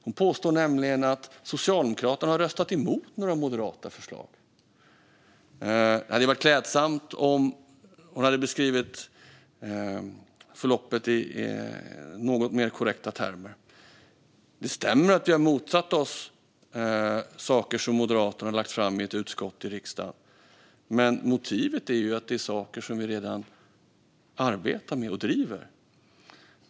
Hon påstår nämligen att Socialdemokraterna har röstat emot några moderata förslag. Det hade varit klädsamt om hon hade beskrivit förloppet i något mer korrekta termer. Det stämmer att vi har motsatt oss saker som Moderaterna har lagt fram i ett utskott i riksdagen. Men motivet är att det är saker som vi redan arbetar med och driver.